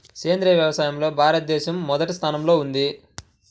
సేంద్రీయ వ్యవసాయంలో భారతదేశం మొదటి స్థానంలో ఉంది